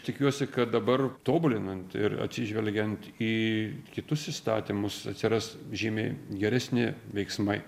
tikiuosi kad dabar tobulinant ir atsižvelgiant į kitus įstatymus atsiras žymiai geresni veiksmai